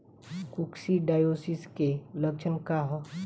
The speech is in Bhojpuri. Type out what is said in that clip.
कोक्सीडायोसिस के लक्षण का ह?